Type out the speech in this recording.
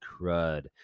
crud